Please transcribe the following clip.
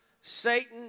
Satan